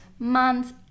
months